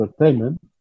entertainment